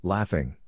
Laughing